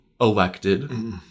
elected